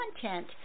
content